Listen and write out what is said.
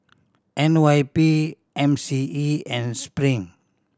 N Y P M C E and Spring